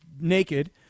naked